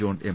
John M